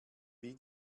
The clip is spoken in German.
wie